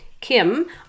Kim